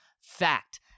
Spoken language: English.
Fact